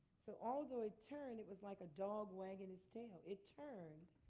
so although it turned, it was like a dog wagging its tail. it turned,